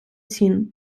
цін